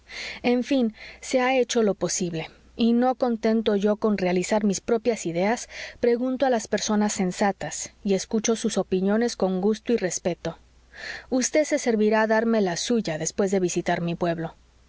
en fin se ha hecho lo posible y no contento yo con realizar mis propias ideas pregunto a las personas sensatas y escucho sus opiniones con gusto y respeto vd se servirá darme la suya después de visitar mi pueblo